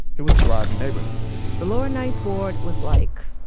it was a thriving neighborhood the lower ninth ward was like,